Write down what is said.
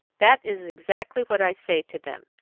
that is exactly what i say to them.